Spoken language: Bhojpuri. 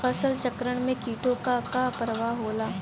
फसल चक्रण में कीटो का का परभाव होला?